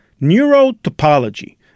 Neurotopology